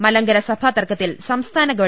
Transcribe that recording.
മലങ്കര സ്പഭാതർക്കത്തിൽ സംസ്ഥാന ഗവ